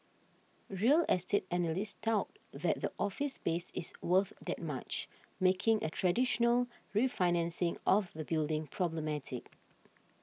real estate analysts doubt that the office space is worth that much making a traditional refinancing of the building problematic